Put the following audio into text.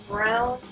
Brown